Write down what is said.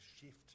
shift